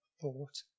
thought